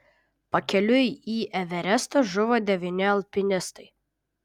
pakeliui į everestą žuvo devyni alpinistai